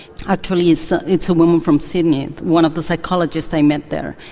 actually it's it's a woman from sydney, one of the psychologists i met there,